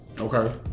Okay